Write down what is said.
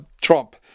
Trump